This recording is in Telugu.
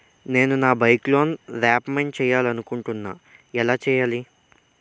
నేను నా బైక్ లోన్ రేపమెంట్ చేయాలనుకుంటున్నా ఎలా చేయాలి?